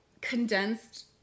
condensed